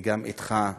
וגם אתך,